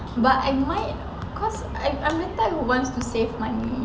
but I might cause I I'm the type who wants to save money